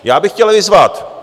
Já bych chtěl vyzvat...